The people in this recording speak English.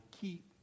keep